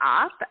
up